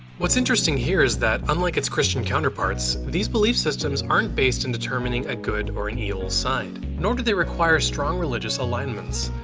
what's interesting here is that unlike its christian counterparts, these belief systems aren't based in determining a good or an evil side, nor do they require strong religious alignments.